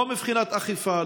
לא מבחינת אכיפה,